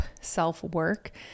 self-work